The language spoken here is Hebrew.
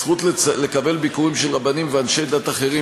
הזכות לקבל ביקורים של רבנים ואנשי דת אחרים,